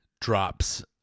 drops